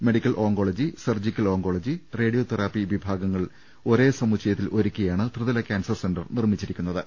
medical oncology surgical oncology radiotherapy വിഭാഗങ്ങൾ ഒരേ സമുച്ചയ ത്തിൽ ഒരുക്കിയാണ് ത്രിതല കാൻസർ സെന്റർ നിർമ്മിച്ചിരിക്കുന്ന ത്